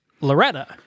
Loretta